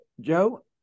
Joe